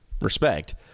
respect